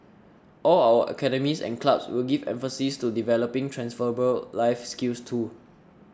all our academies and clubs will give emphases to developing transferable life skills too